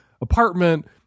apartment